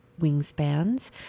wingspans